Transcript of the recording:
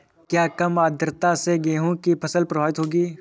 क्या कम आर्द्रता से गेहूँ की फसल प्रभावित होगी?